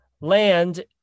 land